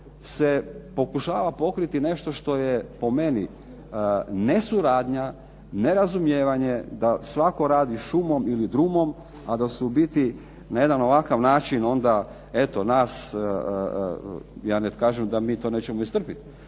se pokušava pokriti nešto što je po meni nesuradnja, nerazumijevanje da svatko radi šumom ili drumom a da su u biti na jedan ovakav način onda eto nas, ja ne kažem da mi to nećemo istrpiti